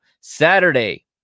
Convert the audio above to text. Saturday